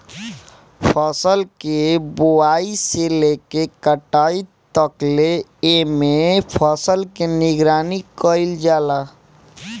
फसल के बोआई से लेके कटाई तकले एमे फसल के निगरानी कईल जाला